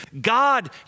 God